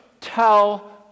tell